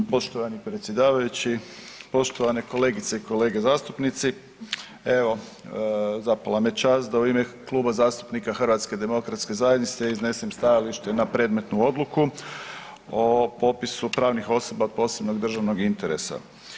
Poštovani predsjedavajući, poštovane kolegice i kolege zastupnici, evo zapala me čast da u ime Kluba zastupnika HDZ-a iznesem stajalište na predmetnu Odluku o popisu pravnih osoba od posebnog državnog interesa.